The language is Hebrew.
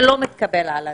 זה לא מתקבל על דעת.